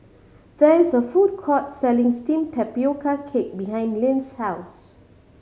there is a food court selling steamed tapioca cake behind Lyn's house